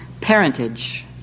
parentage